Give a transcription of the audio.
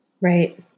Right